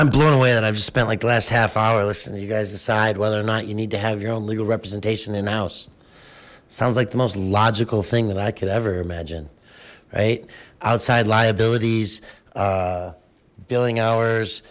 i'm blown away that i've spent like last half hour listen you guys decide whether or not you need to have your own legal representation in the house it sounds like the most logical thing that i could ever imagine right outside liabilities billing hours